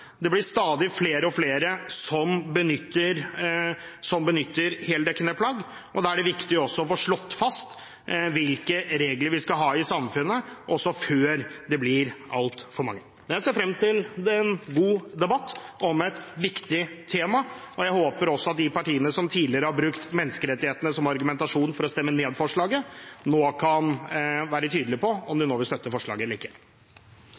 Det blir stadig flere og flere som benytter heldekkende plagg, og da er det viktig også å få slått fast hvilke regler vi skal ha i samfunnet, også før det blir altfor mange. Men jeg ser frem til en god debatt om et viktig tema, og jeg håper også at de partiene som tidligere har brukt menneskerettighetene som argumentasjon for å stemme ned forslaget, nå kan være tydelig på om de vil støtte forslaget, eller ikke.